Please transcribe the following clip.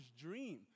dream